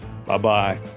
Bye-bye